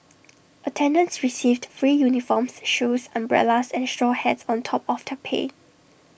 attendants received free uniforms shoes umbrellas and straw hats on top of their pay